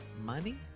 Money